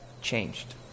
changed